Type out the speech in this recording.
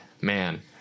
man